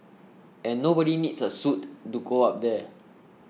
and nobody needs a suit to go up there